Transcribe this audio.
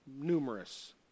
numerous